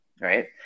right